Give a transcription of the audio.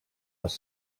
les